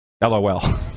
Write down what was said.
LOL